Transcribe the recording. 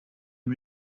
les